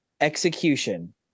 execution